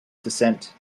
descent